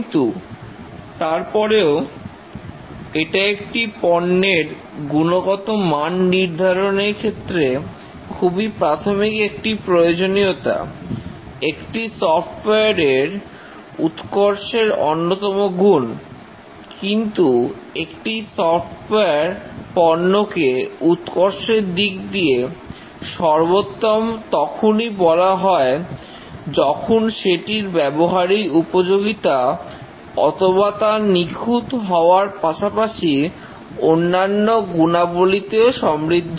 কিন্তু তারপরেও এটা একটি পণ্যের গুণগত মান নির্ধারণের ক্ষেত্রে খুবই প্রাথমিক একটি প্রয়োজনীয়তা একটি সফট্ওয়ারে এর উৎকর্ষের অন্যতম গুণ কিন্তু একটি সফটওয়্যার পণ্যকে উৎকর্ষের দিক দিয়ে সর্বোত্তম তখনই বলা হয় যখন সেটির ব্যবহারিক উপযোগিতা অথবা তা নিখুঁত হওয়ার পাশাপাশি অন্যান্য গুণাবলীতেও সমৃদ্ধ